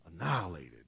annihilated